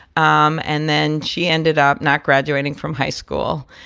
um and then she ended up not graduating from high school.